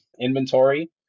inventory